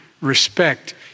respect